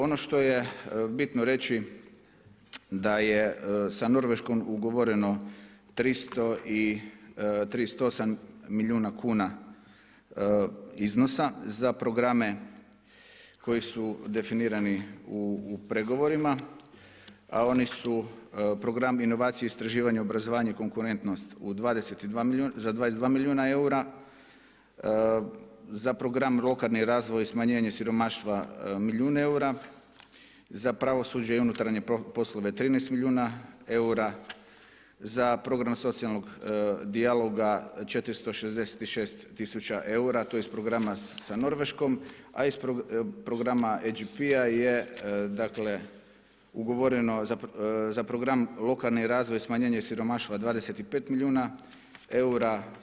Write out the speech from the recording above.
Ono što je bitno reći da je sa Norveškom ugovoreno 338 milijuna kuna iznosa za programe koji su definirani u pregovorima a oni su Program inovacije istraživanja obrazovanja i konkurentnost za 22 milijuna eura, za Program lokalni razvoj, smanjenje siromaštva milijun eura, za pravosuđe i unutarnje poslove 13 milijuna eura, za program socijalnog dijaloga 466 tisuća eura, to je iz programa sa Norveškom a iz Programa EGP-a je ugovoreno za program lokalni razvoj i smanjenje siromaštva 25 milijuna eura.